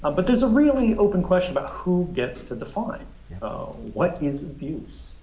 but there's a really open question about who gets to define what is of use,